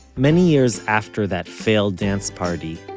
many years after that failed dance party,